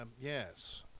yes